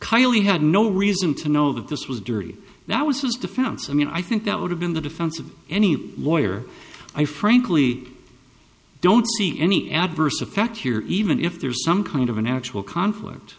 kiley had no reason to know that this was dirty that was his defense i mean i think that would have been the defense of any lawyer i frankly i don't see any adverse effect here even if there is some kind of an actual conflict